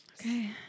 Okay